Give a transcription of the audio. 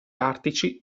artici